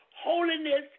Holiness